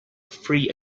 free